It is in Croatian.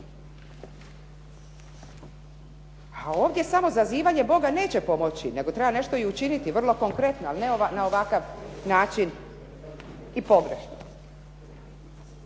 Ovdje samo zazivanje Boga neće pomoći, nego treba nešto i učiniti, vrlo konkretno, ali ne na ovakav način i pogrešno.